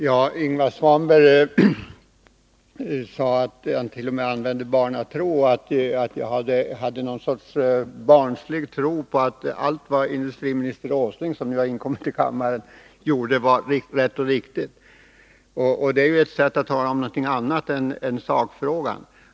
Herr talman! Ingvar Svanberg använde ordet barnatro när han sade att jag hade någon sorts barnslig tro på att allt vad industriminister Åsling — som nu har kommit in i kammaren — gjorde var rätt och riktigt. Det är ett sätt att tala om någonting annat än sakfrågan.